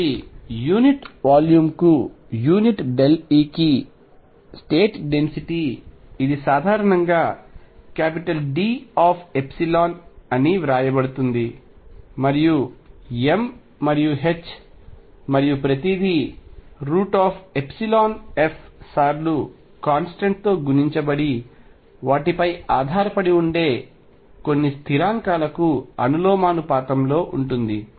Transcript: కాబట్టి యూనిట్ వాల్యూమ్కు unit E కి స్టేట్ డెన్సిటీ ఇది సాధారణంగా Dϵ అని వ్రాయబడుతుంది మరియు m మరియు h మరియు ప్రతిదీ F సార్లు కాన్స్టెంట్ తో గుణించబడి వాటిపై ఆధారపడి ఉండే కొన్ని స్థిరాంకాలకు అనులోమానుపాతంలో ఉంటుంది